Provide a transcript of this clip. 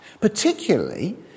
Particularly